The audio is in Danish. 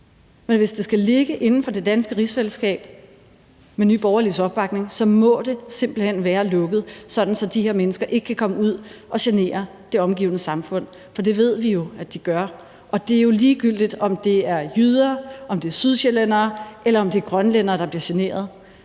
opbakning skal ligge inden for det danske rigsfællesskab, må det simpelt hen være lukket, sådan at de her mennesker ikke kan komme ud og genere det omgivende samfund. For det ved vi jo at de gør. Og det er jo ligegyldigt, om det er jyder, om det er sydsjællændere, eller om det er grønlænderne, der bliver generet.